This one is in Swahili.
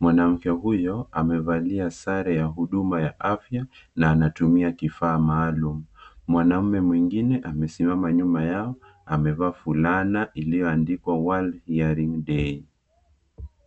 mwanamke huyo amevalia sare ya huduma ya afya na anatumia kifaa maalum, mwanamme mwingine amesimama nyuma yao amevaa fulana iliyo andikwa world hearing day .